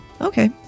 okay